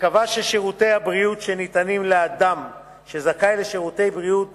שקבע ששירותי הבריאות שניתנים לאדם שזכאי לשירותי בריאות